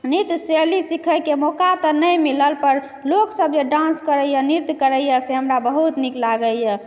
नृत्यशैली सिखैके मौका तऽ नहि मिलल पर लोक सब जे डान्स करैए नृत्य करैए से हमरा बहुत नीक लागैए